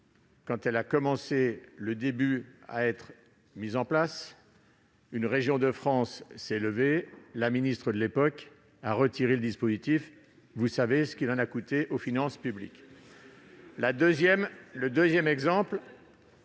avant même qu'elle soit mise en place, une région de France s'est levée et la ministre de l'époque a retiré le dispositif. Vous savez ce qu'il en a coûté aux finances publiques ... Le deuxième exemple